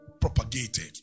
propagated